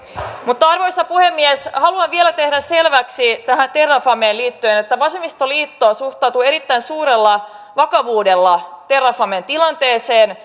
arvoisa puhemies haluan vielä tehdä selväksi terrafameen liittyen että vasemmistoliitto suhtautuu erittäin suurella vakavuudella terrafamen tilanteeseen